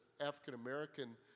African-American